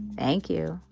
thank you.